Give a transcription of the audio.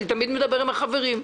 אני תמיד מדבר עם החברים.